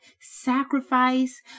sacrifice